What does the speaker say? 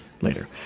later